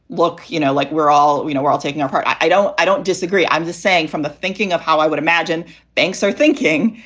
look, you know, like we're all you know we're all taking our part. i don't i don't disagree. i'm just saying from the thinking of how i would imagine banks are thinking,